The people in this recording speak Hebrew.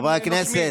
חברי הכנסת,